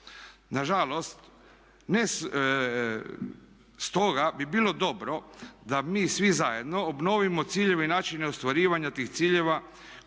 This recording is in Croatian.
ispoštovati. Stoga bi bilo dobro da mi svi zajedno obnovimo ciljeve i načine ostvarivanja tih ciljeva